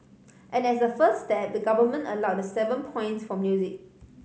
and as a first step the government allowed the seven points for music